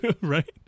right